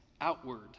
outward